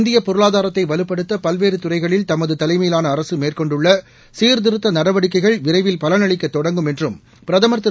இந்திய பொருளாதாரத்தை வலுப்படுத்த பல்வேறு துறைகளில் தமது தலைமயிவாள அரசு மேற்கொண்டுள்ள சீர்திருத்த நடவடிக்கைகள் விரைவில் பலன் அளிக்க தொடங்கும் என்றும் பிரதமா் திரு